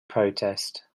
protest